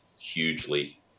hugely